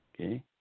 okay